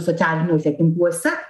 socialiniuose tinkluose